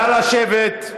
נא לשבת.